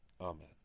Amen